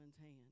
hand